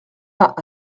vingt